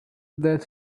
that